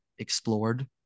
explored